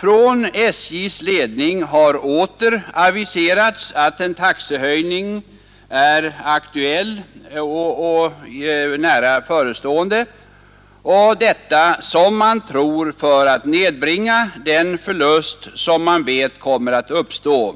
Från SJ:s ledning har i år aviserats att en taxehöjning är aktuell och nära förestående, och detta som man tror för att nedbringa den förlust som man vet kommer att uppstå.